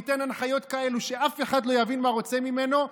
ניתן הנחיות כאלה שאף אחד לא יבין מה רוצים ממנו,